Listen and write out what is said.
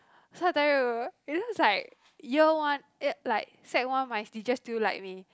so I tell you it's just like year one eh like sec one my teacher still like me